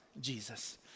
Jesus